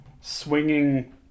swinging